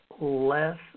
less